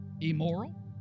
immoral